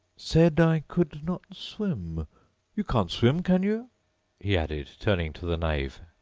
said i could not swim you can't swim, can you he added, turning to the knave.